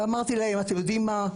ואמרתי להם: אתם יודעים מה?